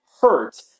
hurt